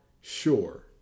sure